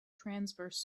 transverse